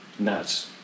nuts